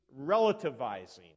relativizing